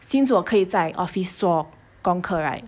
since 我可以在 office 做功课 right